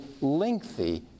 lengthy